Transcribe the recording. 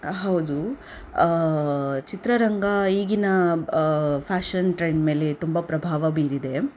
ಹೌದು ಚಿತ್ರರಂಗ ಈಗಿನ ಫ್ಯಾಶನ್ ಟ್ರೆಂಡ್ ಮೇಲೆ ತುಂಬ ಪ್ರಭಾವ ಬೀರಿದೆ